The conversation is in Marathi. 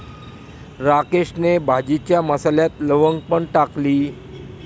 राकेशने भाजीच्या मसाल्यात लवंग पण टाकली